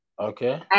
Okay